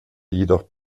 jedoch